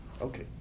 Okay